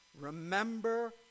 remember